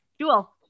Jewel